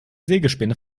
sägespäne